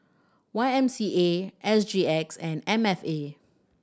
Y M C A S G X and M F A